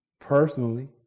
personally